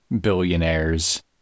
billionaires